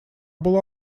была